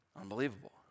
unbelievable